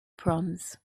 proms